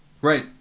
Right